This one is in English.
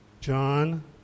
John